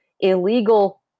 illegal